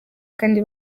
kandi